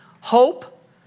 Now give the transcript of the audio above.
Hope